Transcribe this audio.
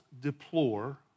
deplore